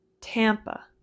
Tampa